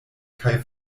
kaj